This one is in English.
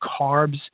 carbs